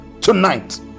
tonight